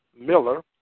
miller